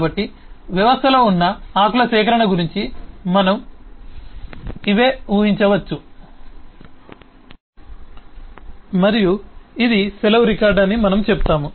కాబట్టి వ్యవస్థలో ఉన్న ఆకుల సేకరణ గురించి మనం ఉహించవచ్చు మరియు ఇది సెలవు రికార్డు అని మనము చెప్తాము